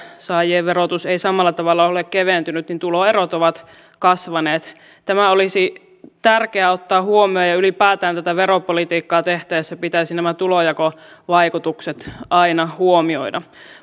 saajien verotus ei samalla tavalla ole keventynyt niin tuloerot ovat kasvaneet tämä olisi tärkeää ottaa huomioon ja ylipäätään tätä veropolitiikkaa tehtäessä pitäisi nämä tulonjakovaikutukset aina huomioida